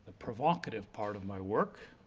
ah provocative part of my work